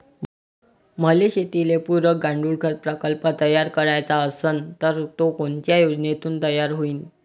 मले शेतीले पुरक गांडूळखत प्रकल्प तयार करायचा असन तर तो कोनच्या योजनेतून तयार होईन?